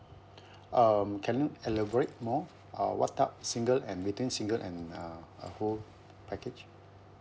um can you elaborate more uh what type single and between single and uh a whole package